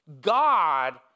God